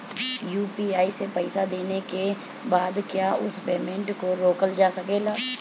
UPI से पईसा देने के बाद क्या उस पेमेंट को रोकल जा सकेला?